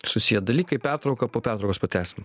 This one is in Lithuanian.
susiję dalykai pertrauka po pertraukos pratęsim